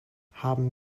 haben